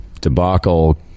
debacle